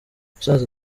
umusaza